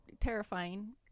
Terrifying